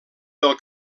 del